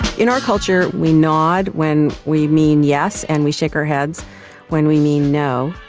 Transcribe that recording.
in our culture we nod when we mean yes and we shake our heads when we mean no.